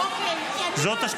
אוקיי, אני מאמינה לצוות.